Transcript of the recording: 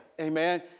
Amen